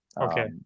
okay